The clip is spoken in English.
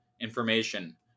information